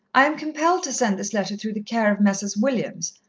i am compelled to send this letter through the care of messrs. williams,